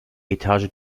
etage